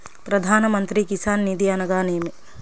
ప్రధాన మంత్రి కిసాన్ నిధి అనగా నేమి?